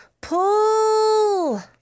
Pull